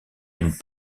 une